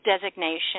designation